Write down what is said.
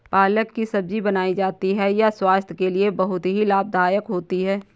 पालक की सब्जी बनाई जाती है यह स्वास्थ्य के लिए बहुत ही लाभदायक होती है